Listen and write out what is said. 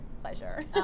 pleasure